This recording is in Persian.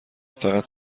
فقط